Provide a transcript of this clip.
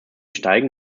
steigen